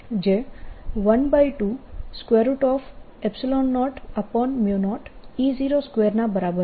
જે 1200E02 ના બરાબર છે